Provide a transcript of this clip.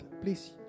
please